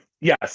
Yes